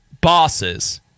bosses